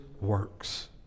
works